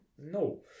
no